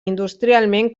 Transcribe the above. industrialment